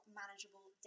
manageable